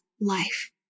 life